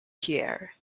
pierre